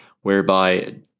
whereby